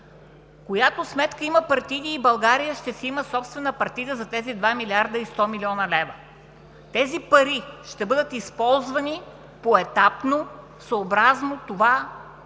която сметка има партиди и България ще си има собствена партида за тези 2 млрд. 100 млн. лв. Тези пари ще бъдат използвани поетапно, съобразно това